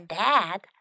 dad